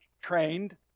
trained